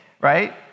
right